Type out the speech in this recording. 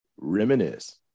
Reminisce